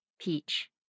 Peach